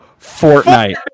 Fortnite